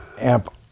amp